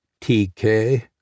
TK